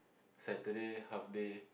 Saturday half day